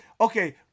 Okay